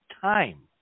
time